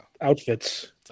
outfits